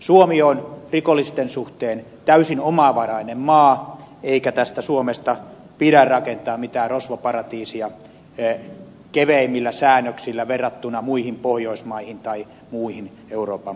suomi on rikollisten suhteen täysin omavarainen maa eikä suomesta pidä rakentaa mitään rosvoparatiisia keveimmillä säännöksillä verrattuna muihin pohjoismaihin tai muihin euroopan